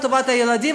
גם לטובת הילדים,